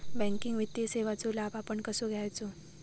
Banking वित्तीय सेवाचो लाभ आपण कसो घेयाचो?